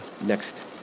next